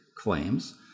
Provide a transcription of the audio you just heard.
claims